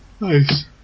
Nice